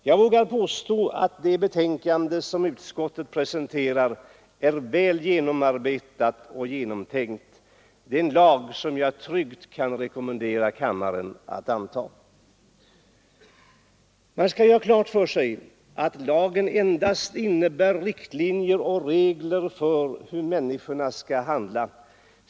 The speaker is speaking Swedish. Jag vågar påstå att det betänkande som utskottet presenterar är väl genomarbetat och genomtänkt. Det är en lag som jag tryggt kan rekommendera kammaren att antaga. Man skall ju ha klart för sig att lagen endast innebär riktlinjer och regler för hur människorna kan handla.